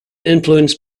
influenced